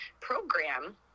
program